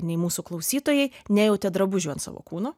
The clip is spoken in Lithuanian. nei mūsų klausytojai nejautė drabužių ant savo kūno